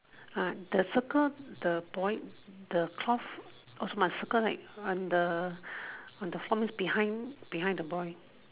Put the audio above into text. uh the circle the boy the cloth also must circle right on the on the floor means the boy behind